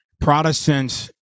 protestants